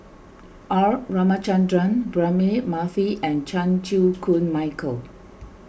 R Ramachandran Braema Mathi and Chan Chew Koon Michael